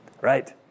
Right